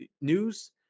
news